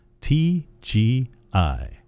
TGI